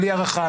בלי הארכה,